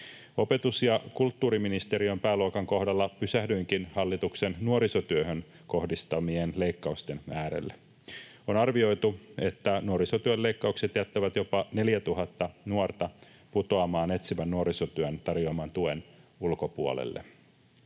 Opetus‑ ja kulttuuriministeriön pääluokan kohdalla pysähdyinkin hallituksen nuorisotyöhön kohdistamien leikkausten äärelle. On arvioitu, että nuorisotyön leikkaukset jättävät jopa 4 000 nuorta putoamaan etsivän nuorisotyön tarjoaman tuen ulkopuolelle.